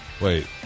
Wait